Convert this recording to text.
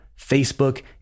Facebook